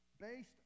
based